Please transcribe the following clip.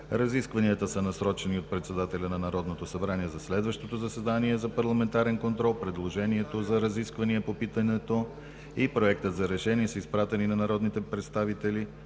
Разискванията са насрочени от председателя на Народното събрание за следващото заседание за парламентарен контрол. Предложението за разисквания по питането и Проектът за решение са изпратени на народните представители